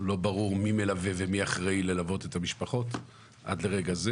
מי מלווה ומי אחראי ללוות את המשפחות עד לרגע זה?